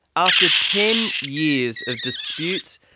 after ten years of disputes,